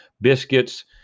biscuits